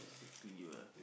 exactly ah